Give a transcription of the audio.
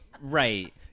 right